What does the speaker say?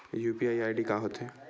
UPI ID का होथे?